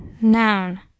noun